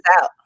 out